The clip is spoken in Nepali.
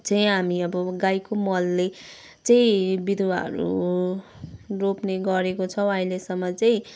चाहिँ हामी अब गाईको मलले चाहिँ बिरुवाहरू रोप्ने गरेको छौँ अहिलेसम्म चाहिँ